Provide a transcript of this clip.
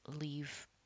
leave